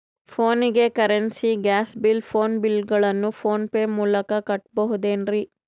ಫೋನಿಗೆ currency, gas bill, phone bill ಗಳನ್ನು PhonePe ಮೂಲಕ ಕಟ್ಟಬಹುದೇನ್ರಿ?